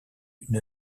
une